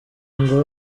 ngo